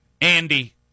Andy